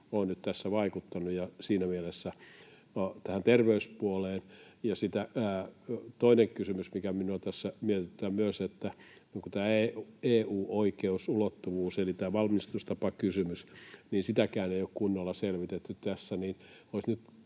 ole nyt tässä vaikuttanut tähän terveyspuoleen. Toinen kysymys, mikä minua tässä mietityttää myös, on se, että EU-oikeusulottuvuutta eli tätä valmistustapakysymystä ei ole kunnolla selvitetty tässä.